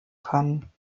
können